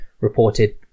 reported